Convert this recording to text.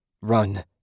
Run